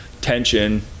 tension